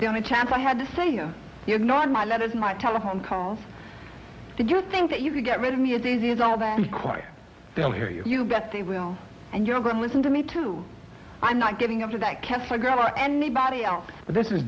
the only chance i had to say no you're not my letters my telephone calls did you think that you could get rid of me as easy as all that be quiet they'll hear you you bet they will and you're going to listen to me too i'm not giving up to that kept my grandma or anybody else but this is